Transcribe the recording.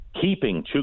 keeping